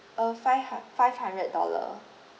uh five hun~ five hundred dollars